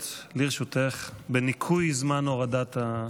לרשותך שלוש דקות, בניכוי זמן הורדת המיקרופון.